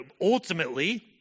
ultimately